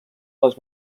les